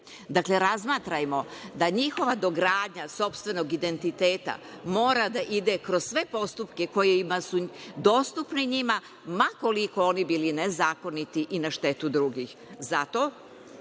Dakle, razmatrajmo da njihova dogradnja sopstvenog identiteta mora da ide kroz sve postupke koje su dostupne njima, ma koliko oni bili nezakoniti i na štetu drugih. Zato